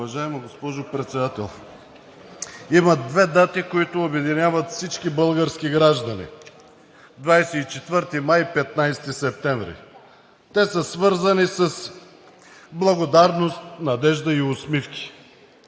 Уважаема госпожо Председател! Има две дати, които обединяват всички български граждани – 24 май, и 15 септември. Те са свързани с благодарност, надежда и усмивки.